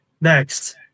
next